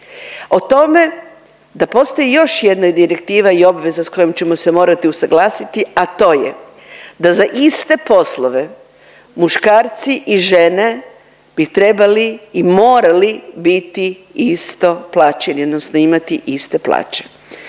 o tome da postoji još jedna direktiva i obveza sa kojom ćemo se morati usuglasiti, a to je da za iste poslove muškarci i žene bi trebali i morali biti isto plaćeni, odnosno imati plaće.